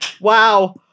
Wow